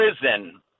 prison